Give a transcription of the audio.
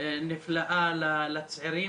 לצעירים הנפלאים,